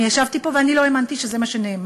אני ישבתי פה ואני לא האמנתי שזה מה שנאמר: